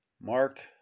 Mark